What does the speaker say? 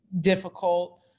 difficult